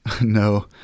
No